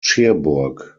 cherbourg